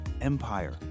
empire